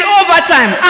overtime